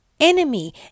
Enemy